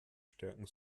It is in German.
stärken